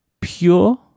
pure